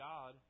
God